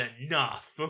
enough